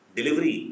Delivery